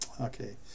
Okay